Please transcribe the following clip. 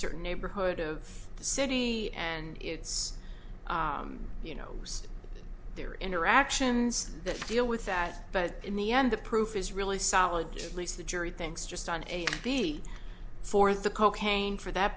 certain neighborhood of the city and it's you know their interactions that deal with that but in the end the proof is really solid at least the jury thinks just on be for the cocaine for that